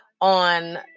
on